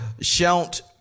shalt